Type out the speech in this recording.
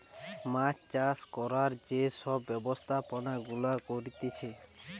মাছ চাষ করার যে সব ব্যবস্থাপনা গুলা করতিছে